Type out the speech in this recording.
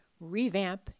revamp